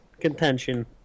contention